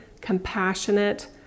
compassionate